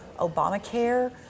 Obamacare